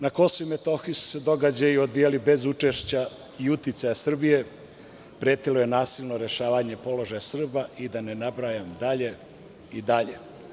Na Kosovu i Metohiji su se događaji odvijali bez učešća i uticaja Srbije, pretilo je nasilno rešavanje položaja Srba, i da ne nabrajam dalje, i dalje.